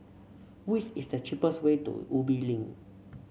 which is the cheapest way to Ubi Link